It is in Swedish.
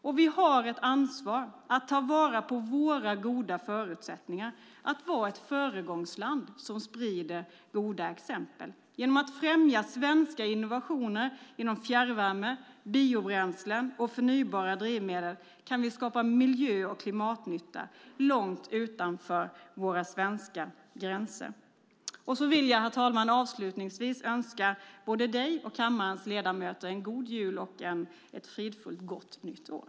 Och vi har ett ansvar för att ta vara på våra goda förutsättningar att vara ett föregångsland som sprider goda exempel. Genom att främja svenska innovationer inom fjärrvärme, biobränslen och förnybara drivmedel kan vi skapa miljö och klimatnytta långt utanför våra svenska gränser. Jag vill avslutningsvis önska både herr talmannen och kammarens ledamöter en god jul och ett fridfullt gott nytt år.